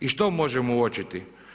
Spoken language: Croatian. I što možemo uočiti?